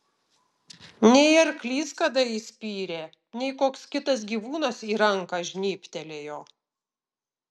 nei arklys kada įspyrė nei koks kitas gyvūnas į ranką žnybtelėjo